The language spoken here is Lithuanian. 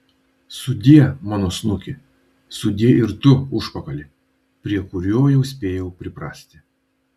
sudie mano snuki sudie ir tu užpakali prie kurio jau spėjau priprasti